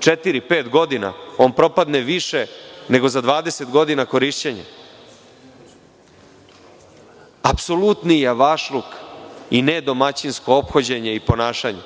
četiri-pet godina, on propadne više nego za 20 godina korišćenja. Apsolutni javašluk i nedomaćinsko ophođenje i ponašanje,